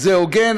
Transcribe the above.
זה הוגן,